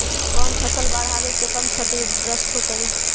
कौन फसल बाढ़ आवे से कम छतिग्रस्त होतइ?